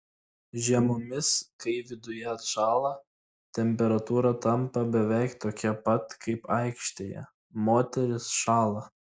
žiemomis kai viduje atšąla temperatūra tampa beveik tokia pat kaip aikštėje moterys šąla